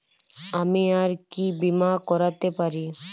আমি আর কি বীমা করাতে পারি?